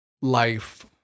life